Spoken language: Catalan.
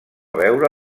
veure